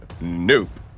Nope